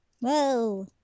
Whoa